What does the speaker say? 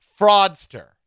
fraudster